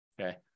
okay